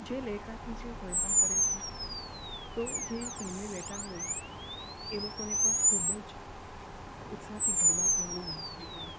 જે લહેકાથી જે ગરબા કરે છે તો જે સામે બેઠાં હોય એ લોકોને પણ ખૂબ જ ઉત્સાહથી ગરબા કરવાનું મન થઈ જાય